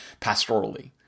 pastorally